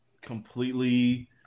completely